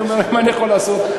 מה אני יכול לעשות?